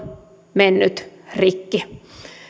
mennyt rikki